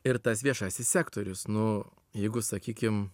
ir tas viešasis sektorius nu jeigu sakykim